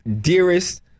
dearest